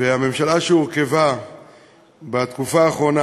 והממשלה שהורכבה בתקופה האחרונה,